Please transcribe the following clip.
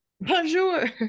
Bonjour